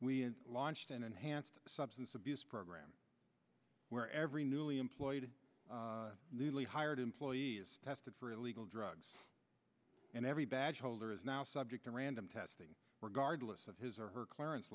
we launched an enhanced substance abuse program where every newly employed newly hired employee tested for illegal drugs and every badge holder is now subject to random testing regardless of his or her clearance